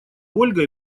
ольга